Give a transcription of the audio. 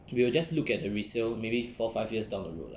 we will just look at a resale maybe four five years down the road lah